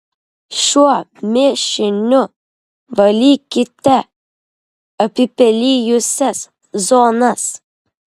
šiuo mišiniu valykite apipelijusias zonas